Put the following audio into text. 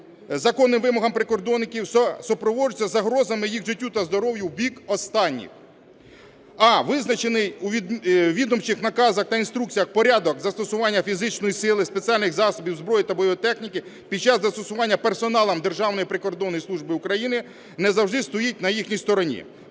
законним вимогам прикордонників, що супроводжуються загрозами їх життю та здоров'ю в бік останніх. А визначений у відомчих наказах та інструкціях порядок застосування фізичної сили, спеціальних засобів, зброї та бойової техніки під час застосування персоналом Державної прикордонної служби України, не завжди стоїть на їхній стороні.